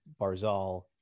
Barzal